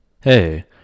Hey